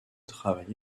travail